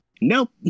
Nope